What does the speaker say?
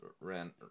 rent